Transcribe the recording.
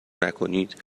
نکنین